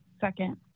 second